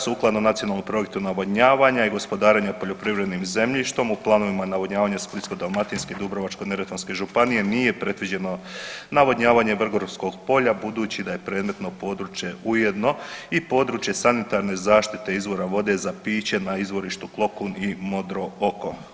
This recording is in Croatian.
Sukladno Nacionalnom projektu navodnjavanja i gospodarenja poljoprivrednim zemljištem u planovima navodnjavanja Splitsko-dalmatinske, Dubrovačko-neretvanske županije nije predviđeno navodnjavanje Vrgorskog polja budući da je predmetno područje ujedno i područje sanitarne zaštite izvora vode za piće na izvorištu Klokun i Modro oko.